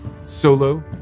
solo